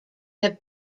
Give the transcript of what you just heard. have